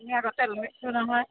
আমি আগতে লৈছোঁ নহয়